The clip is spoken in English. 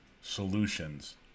solutions